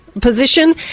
position